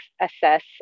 assess